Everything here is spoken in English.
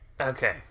Okay